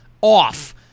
off